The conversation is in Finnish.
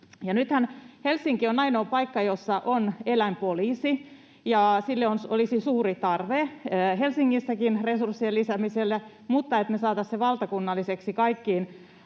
Nythän Helsinki on ainoa paikka, jossa on eläinpoliisi, ja olisi suuri tarve Helsingissäkin resurssien lisäämiselle mutta myös sille, että me saataisiin se valtakunnalliseksi kaikkiin